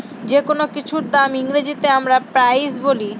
যেকোনো কিছুর দামকে ইংরেজিতে আমরা প্রাইস বলি